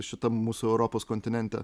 šitam mūsų europos kontinente